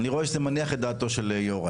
אני רואה שזה מניח דעתו של יוראי.